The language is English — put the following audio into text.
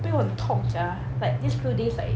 背后很痛 sia like these few days like